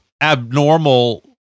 abnormal